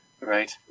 Right